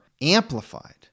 amplified